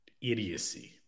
Idiocy